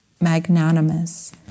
magnanimous